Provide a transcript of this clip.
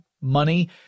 money